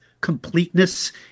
completeness